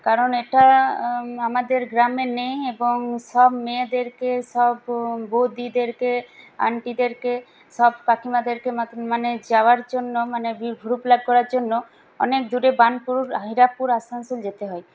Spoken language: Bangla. কারণ এটা আমাদের গ্রামে নেই এবং সব মেয়েদেরকে সব বৌদিদেরকে আন্টিদেরকে সব কাকিমাদেরকে মানে যাওয়ার জন্য মানে ভুরু প্লাক করার জন্য অনেক দূর বার্ণপুর হীরাপুর আসানসোল যেতে হয়